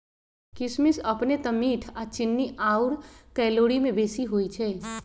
किशमिश अपने तऽ मीठ आऽ चीन्नी आउर कैलोरी में बेशी होइ छइ